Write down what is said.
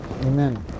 Amen